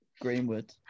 Greenwood